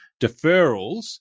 deferrals